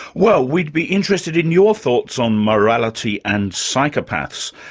well we'd be interested in your thoughts on morality and psychopaths.